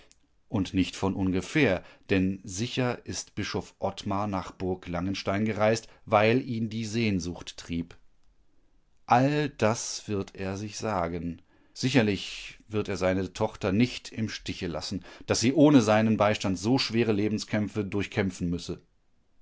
und nicht von ohngefähr denn sicher ist bischof ottmar nach burg langenstein gereist weil ihn die sehnsucht trieb all das wird er sich sagen sicherlich wird er seine tochter nicht im stiche lassen daß sie ohne seinen beistand so schwere lebenskämpfe durchkämpfen müsse